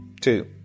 two